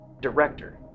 director